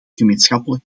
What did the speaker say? gemeenschappelijk